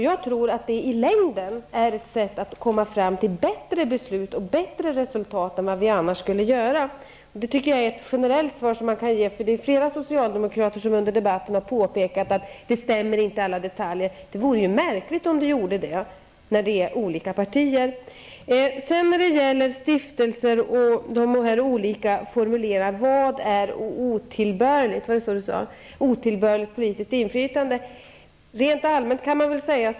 Jag tror att det i längden är ett sätt att komma fram till bättre beslut och resultat än vad vi annars skulle göra. Jag tycker att det är ett generellt svar. Flera socialdemokrater har i debatten påpekat att inte alla detaljer stämmer. Det vore märkligt om det vore så med olika partier i regeringen. Vidare har vi frågan om stiftelser och vad som är otillbörligt politiskt inflytande.